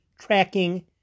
tracking